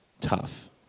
tough